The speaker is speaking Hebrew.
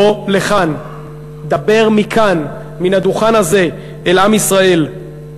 בוא לכאן, דבר מכאן, מן הדוכן הזה, אל עם ישראל.